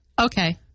Okay